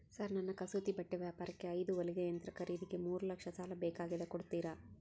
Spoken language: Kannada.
ಸರ್ ನನ್ನ ಕಸೂತಿ ಬಟ್ಟೆ ವ್ಯಾಪಾರಕ್ಕೆ ಐದು ಹೊಲಿಗೆ ಯಂತ್ರ ಖರೇದಿಗೆ ಮೂರು ಲಕ್ಷ ಸಾಲ ಬೇಕಾಗ್ಯದ ಕೊಡುತ್ತೇರಾ?